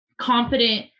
confident